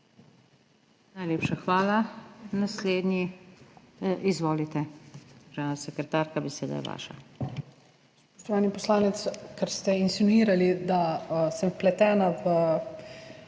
Najlepša hvala. Naslednji. Izvolite, državna sekretarka, beseda je vaša.